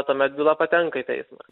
tuomet byla patenka į teismą